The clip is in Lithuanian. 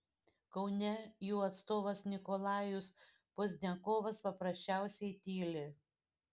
kaune jų atstovas nikolajus pozdniakovas paprasčiausiai tyli